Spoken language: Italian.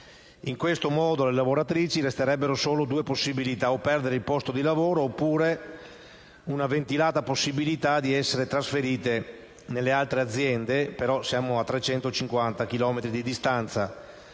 In questo modo alle lavoratrici resterebbero solo due possibilità: perdere il posto di lavoro o la ventilata possibilità di essere trasferite nelle altre aziende, che però si trovano a 350 chilometri di distanza